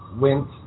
went